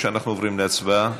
או שאנחנו עוברים להצבעה.